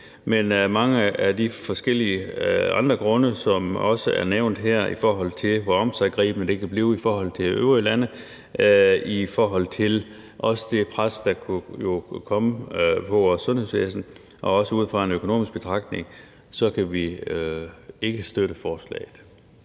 de forskellige andre grunde, som også er blevet nævnt her – med hensyn til hvor omsiggribende det kan blive i forhold til øvrige lande, i forhold til det pres, der kunne komme på vores sundhedsvæsen, og også ud fra en økonomisk betragtning – så kan vi ikke støtte forslaget.